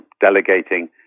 delegating